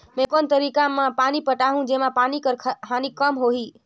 मैं कोन तरीका म पानी पटाहूं जेमा पानी कर हानि कम होही?